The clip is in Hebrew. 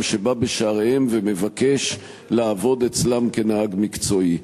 שבא בשעריהם ומבקש לעבוד אצלם כנהג מקצועי.